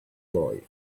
boy